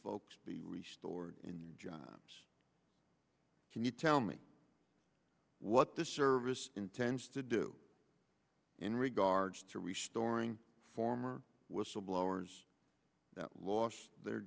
folks be reste the lord in jobs can you tell me what the service intends to do in regards to restoring former whistleblowers that lost their